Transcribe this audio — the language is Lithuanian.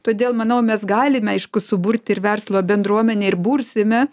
todėl manau mes galime aišku suburt ir verslo bendruomenę ir bursime